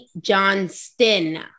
Johnston